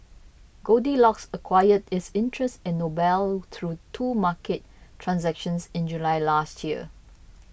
Goldilocks acquired its interest in Noble through two market transactions in July last year